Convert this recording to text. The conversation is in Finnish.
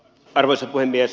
arvoisa puhemies